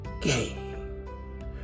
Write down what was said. game